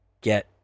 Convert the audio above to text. get